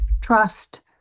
trust